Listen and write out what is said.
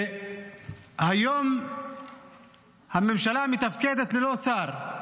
והיום הממשלה מתפקדת ללא שר.